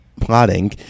Plotting